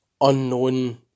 unknown